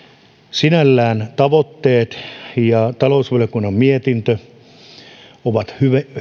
sinällään tavoitteet ja talousvaliokunnan mietintö ovat hyvin